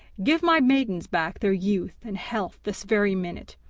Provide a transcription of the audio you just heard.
give my maidens back their youth and health this very minute,